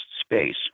space